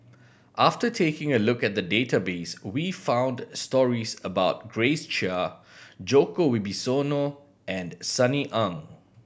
after taking a look at the database we found stories about Grace Chia Djoko Wibisono and Sunny Ang